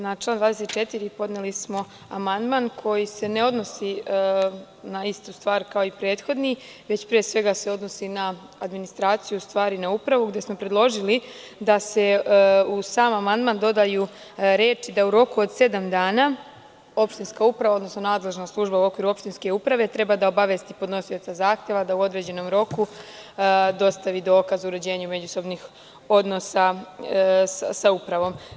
Na član 24. podneli smo amandman koji se ne odnosi na istu stvar kao i prethodni, već se pre svega odnosi na administraciju, odnosno upravu, gde smo predložili da se uz sam amandman dodaju reči „da u roku od sedam dana opštinska uprava, odnosno nadležna služba u okviru opštinske uprave treba da obavesti podnosioca zahteva da u određenom roku dostavi dokaz o uređenju međusobnih odnosa sa upravom“